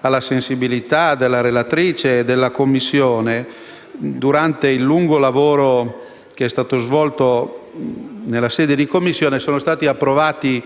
alla sensibilità della relatrice e della Commissione, durante il lungo lavoro che è stato svolto in sede di Commissione, sono stati approvati